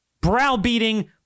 browbeating